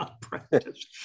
practice